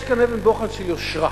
יש כאן אבן בוחן של יושרה.